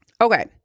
Okay